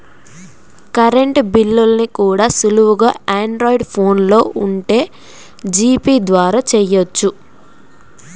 current బిల్లుల్ని కూడా సులువుగా ఆండ్రాయిడ్ ఫోన్ ఉంటే జీపే ద్వారా చెయ్యొచ్చు